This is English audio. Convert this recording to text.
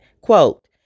quote